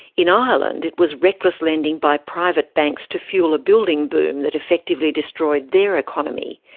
in ireland, it was reckless lending by private banks to fuel a building boom that effectively destroyed their economy.